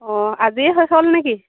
অঁ আজি শেষ হ'ল নেকি